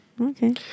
Okay